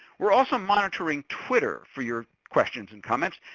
we're also monitoring twitter, for your questions and comments,